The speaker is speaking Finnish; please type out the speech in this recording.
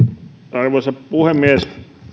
arvoisa puhemies